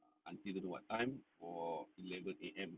err until don't know what time or eleven A_M